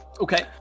okay